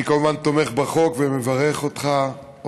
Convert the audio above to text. אני כמובן תומך בחוק ומברך אתכם.